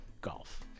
golf